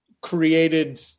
created